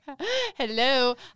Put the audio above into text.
Hello